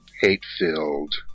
hate-filled